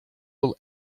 will